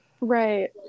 Right